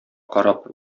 карап